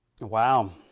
Wow